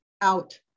out